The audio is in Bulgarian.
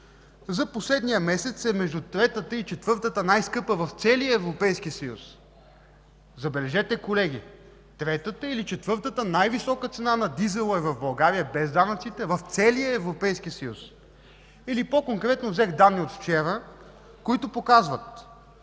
за последния месец е между третата и четвъртата най-скъпа в целия Европейски съюз. Забележете, колеги – третата или четвъртата най-висока цена на дизела е в България, без данъците, в целия Европейски съюз. Или по-конкретно взех данни от вчера, които показват,